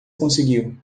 conseguiu